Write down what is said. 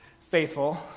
faithful